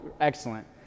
excellent